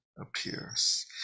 appears